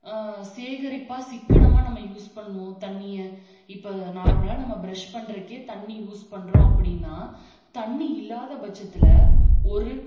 சேகரிப்பாக சிக்கனமாக நம்ம யூஸ் பண்ணுவோம் தண்ணியை இப்போ நார்மலாக நம்ம ப்ரெஷ் பண்றதுக்கே தண்ணி யூஸ் பண்ணுறோம் அப்படின்னா தண்ணி இல்லாத பட்சத்தில் ஒரு